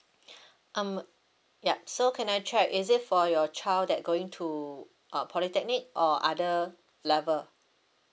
um yup so can I check is it for your child that going to uh polytechnic or other level